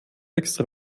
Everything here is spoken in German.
extra